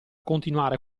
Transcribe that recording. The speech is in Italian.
continuare